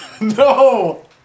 No